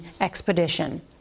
expedition